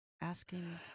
asking